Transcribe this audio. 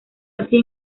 así